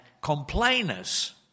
complainers